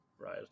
right